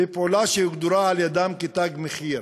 בפעולה שהוגדרה על-ידם כ'תג מחיר'